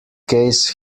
case